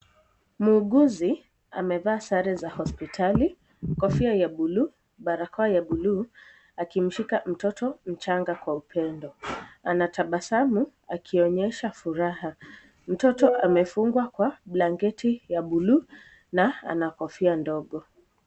Muhuguzi amevaa sare za hospitali kofia ya bluu barakoa ya bluu akimshika mtoto mchanga kwa upendo. Anatabasamu akionyesha furaha. Mtoto amefungwa kwa blanketi ya bluu na ana kofia ndogo.